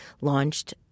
launched